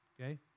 okay